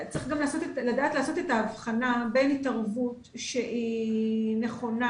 צריך גם לדעת לעשות את ההבחנה בין התערבות שהיא נכונה